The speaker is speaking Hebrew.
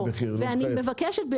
אני מבקשת,